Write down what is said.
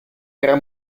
era